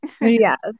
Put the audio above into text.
yes